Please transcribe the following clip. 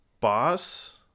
boss